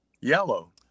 Yellow